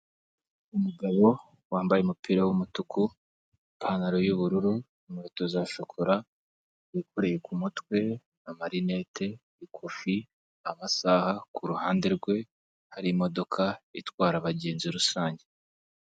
Umugabo wambaye umupira w'umutuku, ipantaro y'ubururu, inkweto za shokora, wikoreye ku mutwe, amarinete, ikofi, amasaha, ku ruhande rwe hari imodoka itwara abagenzi rusange.